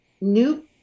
new